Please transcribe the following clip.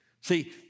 See